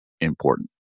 important